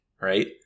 right